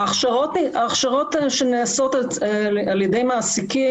ההכשרות נעשות על ידי מעסיקים,